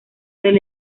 del